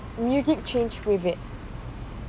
music change with it